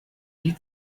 wie